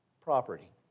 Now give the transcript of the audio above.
property